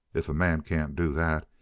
if a man can't do that,